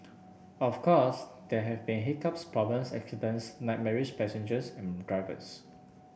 of course there have been hiccups problems accidents nightmarish passengers and drivers